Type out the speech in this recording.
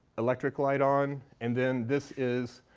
electric light on. and then this is,